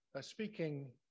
speaking